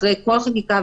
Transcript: אחרי כל חקיקה,